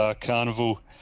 Carnival